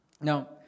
Now